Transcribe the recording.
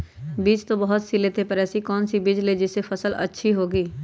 बीज तो बहुत सी लेते हैं पर ऐसी कौन सी बिज जिससे फसल अच्छी होगी?